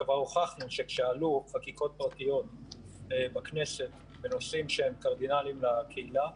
כבר הוכחנו שכשעלו חקיקות פרטיות בכנסת בנושאים שהם קרדינליים לקהילה